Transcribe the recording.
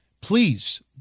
please